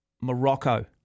Morocco